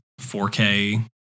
4K